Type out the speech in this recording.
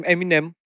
Eminem